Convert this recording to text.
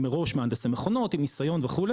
הם מראש מהנדסי מכונות עם ניסיון וכו',